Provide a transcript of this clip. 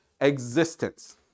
existence